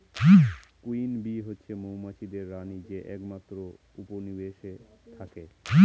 queen bee হচ্ছে মৌমাছিদের রানী যে একমাত্র উপনিবেশে থাকে